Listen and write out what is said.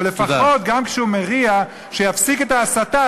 אבל לפחות, גם כשהוא מרע, שיפסיק את ההסתה.